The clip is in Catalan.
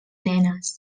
nenes